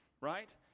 right